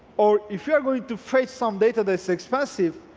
or if you are going to fetch some data that's expensive,